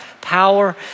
power